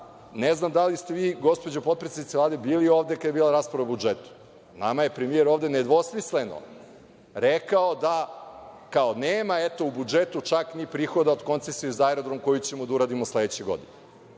ne znam da li ste vi gospođo potpredsednice Vlade bili ovde kad je bila rasprava o budžetu, nama je premijer ovde nedvosmisleno rekao da, kao nema eto u budžetu takvih prihoda od koncesije za aerodrom koji ćemo da uradimo sledeće godine.